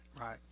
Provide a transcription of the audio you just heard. Right